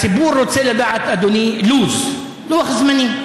הציבור רוצה לדעת, אדוני, לו"ז, לוח זמנים.